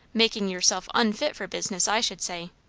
making yourself unfit for business, i should say.